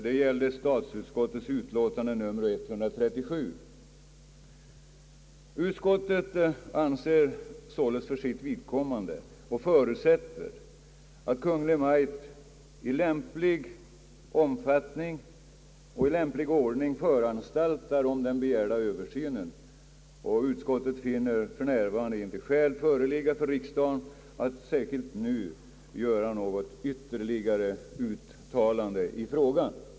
Detta återfinnnes i statsutskottets utlåtande nr 137 för 1964. Utskottet förutsätter att Kungl. Maj:t i lämplig omfattning och i lämplig ordning föranstaltar om den begärda översynen, och utskottet finner för närvarande inga skäl föreligga för riksdagen att särskilt nu göra något ytterligare uttalande i frågan.